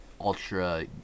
ultra